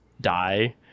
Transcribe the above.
die